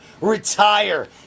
retire